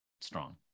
strong